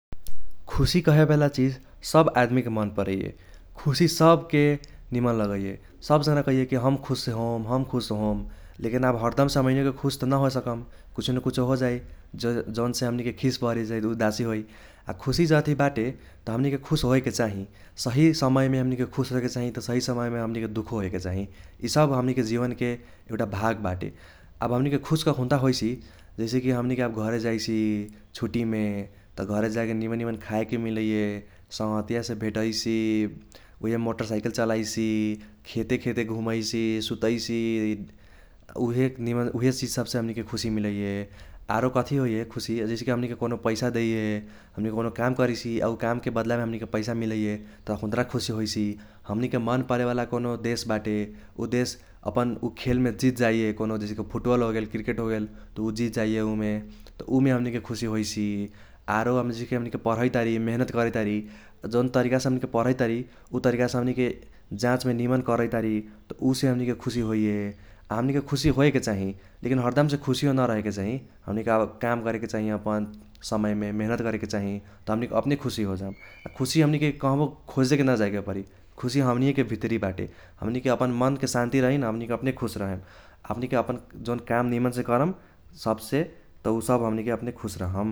खुसी कहेवाला चिज सब आदमिके मन परैये । खुसी सबके निमन लगैये । सब जाना कहैये कि हम खुस होम हम खुस होम लेकिन आब हरदमसे हमैयोके खुस त न होएसकम कुछो न कुछो होजाइ जौनसे हमनीके खीस बर्हजाइ उदासी होइ । आ खुसी जथी बाटे त हमनीके खुस होएके चाही, सही समयमे हमनीके खुस रहेके चाही त सही समयमे हमनीके दुखों होएके चाही ईसब हमनीके जीवनके एउटा भाग बाटे । आब हमनीके खुस कखून्ता होईसी जैसे कि हमनीके आब घरे जाइसि छूटीमे त घरे जाके निमन निमन खाएके मिलैये, संगहतियासे भेटैसि, उइहे मोटरसाइकल चलाईसी, खेते खेते घुमैसी, सुतैसि उहे चिज सबसे हमनीके खुसी मिलैये । आरो कथी होइये खुसी जैसे कि हमनीके कौनों पैसा देइये। हमनीके कौनों काम करैसि आ उ कामके बादलामे हमनीके पैसा मिलैये तखून्त्रा खुसी होईसी । हमनीके मन परेवाला कौनों देश बाटे उ देश अपन उ खेलमे जीत जाइये कौनों जैसे कि फूटबल होगेल क्रिकेट होगेल त उ जीत जाइये उमे, त उमे हमनीके खुसी होईसी । आरों पर्हैतारी मिहीनेत करैतारी त जौन तरीकासे हमनीके पर्हैतारी उ तरिकासे हमनीके जाचमे निमन करैतारी त उसे हमनीके खुसी होइये । आ हमनीके खुसी होएके चाही लेकिन हरदमसे खुसियो न रहेके चाही, हमनीके आब काम करेके चाही अपन समयमे मिहीनेत करेके चाही त हमनीके अपने खुसी होजाम । आ खुसी हमनीके कहबो खोजेके न जाएके परि, खुसी हमनिये भित्री बाटे। हमनीके अपन मनके सन्ति रहि न हमनीके अपने खुस रहेम । हमनीके अपन जौन काम निमनसे करम सबसे त उसब हमनीके अपने खुस रहम ।